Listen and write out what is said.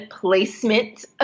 placement